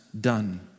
done